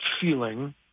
feeling